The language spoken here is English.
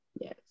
Yes